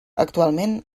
actualment